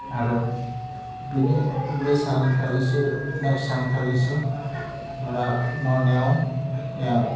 आरो बेनि बे सानखालिसो नेक्स्त सानखालिसो न'नियाव